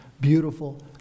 beautiful